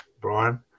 Brian